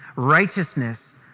Righteousness